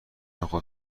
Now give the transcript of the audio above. نخود